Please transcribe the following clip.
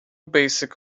basic